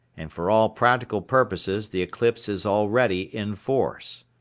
and for all practical purposes the eclipse is already in force.